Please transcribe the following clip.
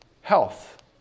Health